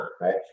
right